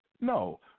No